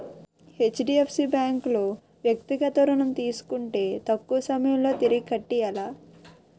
HDFC bank లో వ్యక్తిగత ఋణం తీసుకుంటే తక్కువ సమయంలో తిరిగి కట్టియ్యాల